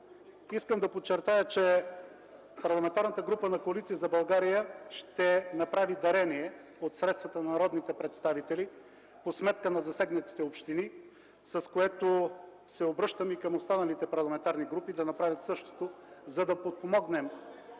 искам да подчертая, че Парламентарната група на Коалиция за България ще направи дарение от средствата на народните представители по сметка на засегнатите общини, с което се обръщам и към останалите парламентарни групи да направят същото,... РЕПЛИКА